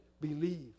believe